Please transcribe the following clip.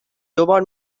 دوبار